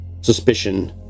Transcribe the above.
Suspicion